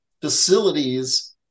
facilities